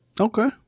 Okay